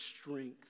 strength